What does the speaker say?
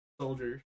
Soldier